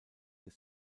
des